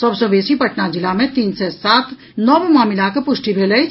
सभ सँ बेसी पटना जिला मे तीन सय सात नव मामिलाक पुष्टि भेल अछि